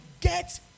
get